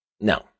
No